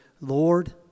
Lord